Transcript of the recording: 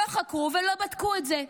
לא חקרו ולא בדקו את זה.